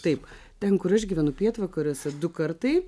taip ten kur aš gyvenu pietvakariuose du kartai